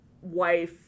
wife